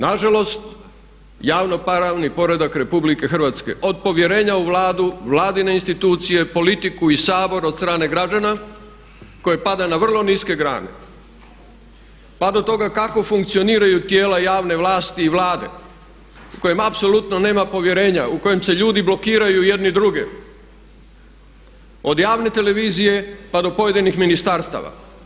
Na žalost, javno pravni poredak Republike Hrvatske od povjerenja u Vladu, vladine institucije, politiku i Sabor od strane građana koji pada na vrlo niske grane, pa do toga kako funkcioniraju tijela javne vlasti i Vlade u kojem apsolutno nema povjerenja, u kojem se ljudi blokiraju jedni druge, od javne televizije pa do pojedinih ministarstava.